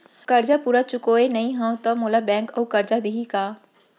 करजा पूरा चुकोय नई हव त मोला बैंक अऊ करजा दिही का?